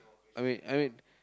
I mean I mean